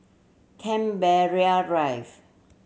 Canberra Drive